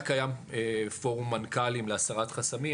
היה קיים פורום מנכ"לים להסרת חסמים,